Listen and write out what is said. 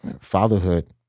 fatherhood